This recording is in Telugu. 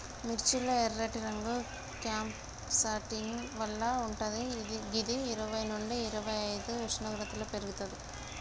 మిర్చి లో ఎర్రటి రంగు క్యాంప్సాంటిన్ వల్ల వుంటది గిది ఇరవై నుండి ఇరవైఐదు ఉష్ణోగ్రతలో పెర్గుతది